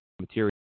material